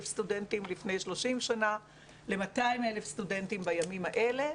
סטודנטים לפני 30 שנה ל-200,000 סטודנטים בימים האלה,